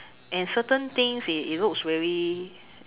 and certain things it it looks very